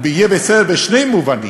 גם אם יתהפך, ויהיה בסדר בשני מובנים: